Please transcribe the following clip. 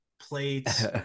plates